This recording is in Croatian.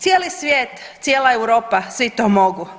Cijeli svijet, cijela Europa, svi to mogu.